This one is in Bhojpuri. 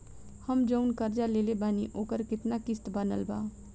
हम जऊन कर्जा लेले बानी ओकर केतना किश्त बनल बा?